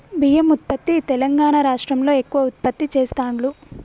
బియ్యం ఉత్పత్తి తెలంగాణా రాష్ట్రం లో ఎక్కువ ఉత్పత్తి చెస్తాండ్లు